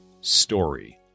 Story